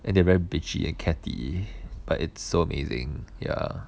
and they very bitchy and catty but it's so amazing ya